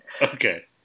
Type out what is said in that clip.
Okay